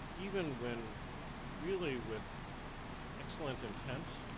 even when really with excellent intent,